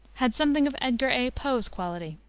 had something of edgar a. poe's quality.